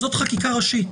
זו חקיקה ראשית